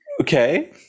okay